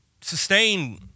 sustain